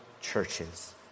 churches